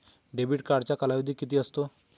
Debit कार्डचा कालावधी किती असतो?